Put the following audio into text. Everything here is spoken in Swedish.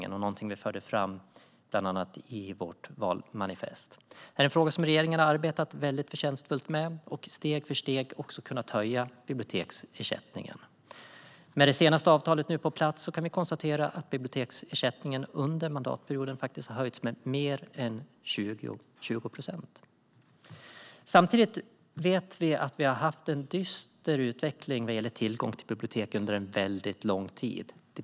Det var någonting vi förde fram bland annat i vårt valmanifest. Detta är en fråga som regeringen har arbetat förtjänstfullt med, och man har steg för steg också kunnat höja biblioteksersättningen. Med det senaste avtalet på plats kan vi nu konstatera att biblioteksersättningen under mandatperioden har höjts med mer än 20 procent. Samtidigt vet vi att vi har haft en dyster utveckling vad gäller tillgång till bibliotek under en väldigt lång tid.